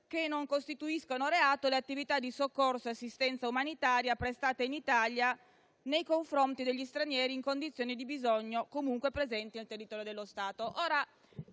che non costituiscono reato le attività di soccorso e assistenza umanitaria prestate in Italia nei confronti degli stranieri in condizioni di bisogno comunque presenti nel territorio dello Stato.